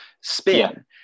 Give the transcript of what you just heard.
spin